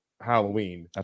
Halloween